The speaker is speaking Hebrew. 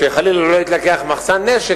שחלילה לא יתלקח מחסן נשק,